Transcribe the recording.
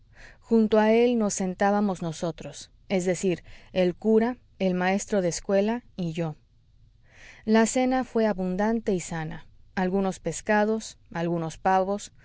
junto a él nos sentábamos nosotros es decir el cura el maestro de escuela y yo la cena fué abundante y sana algunos pescados algunos pavos